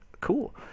cool